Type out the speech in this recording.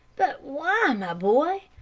but why, my boy,